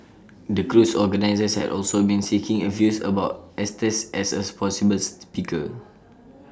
the cruise organisers had also been seeking views about Estes as A possible speaker